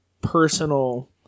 personal